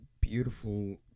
beautiful